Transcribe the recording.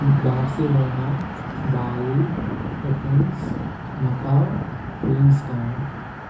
Barcelona Bali Athens Macau queens town